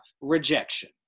rejection